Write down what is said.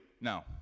No